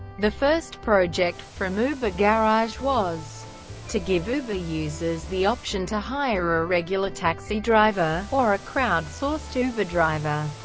the first project from uber garage was to give uber users the option to hire a regular taxi driver, or a crowd-sourced uber driver.